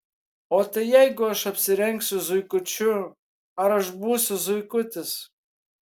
o tai jeigu aš apsirengsiu zuikučiu ar aš būsiu zuikutis